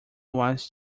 was